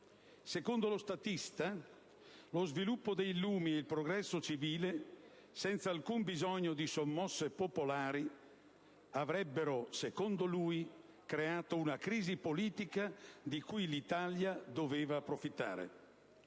Secondo lo statista, lo sviluppo dei lumi e il progresso civile, senza alcun bisogno di sommosse popolari, avrebbero creato una crisi politica di cui l'Italia doveva approfittare.